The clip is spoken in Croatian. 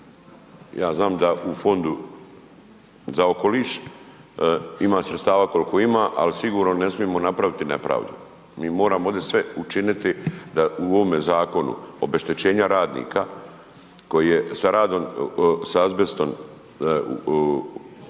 Ja znam da u Fondu za okoliš ima sredstava koliko ima ali sigurno ne smijemo napraviti nepravdu, mi moramo ovdje sve učiniti da u ovom zakonu obeštećenja radnika koji je sa radom sa azbestom, povećao